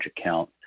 account